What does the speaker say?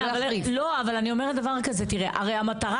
אבל אני אומרת דבר כזה, המטרה